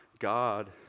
God